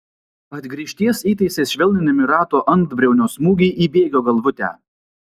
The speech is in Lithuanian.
atgrįžties įtaisais švelninami rato antbriaunio smūgiai į bėgio galvutę